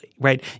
right